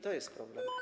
To jest problem.